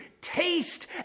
taste